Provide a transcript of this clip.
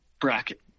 bracket